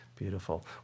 Beautiful